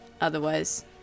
Otherwise